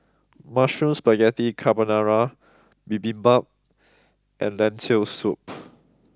mushroom Spaghetti Carbonara Bibimbap and Lentil soup